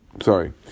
Sorry